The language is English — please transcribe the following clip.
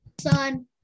Son